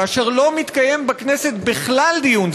כאשר לא מתקיים בכנסת בכלל דיון,